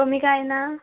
कमी कांय ना